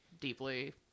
deeply